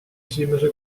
esimese